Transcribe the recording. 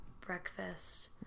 Breakfast